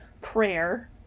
prayer